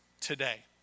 today